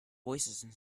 voicesand